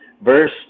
Verse